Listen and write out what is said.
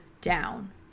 down